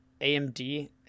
AMD